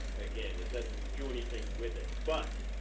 again, it doesn't do anything with it. but,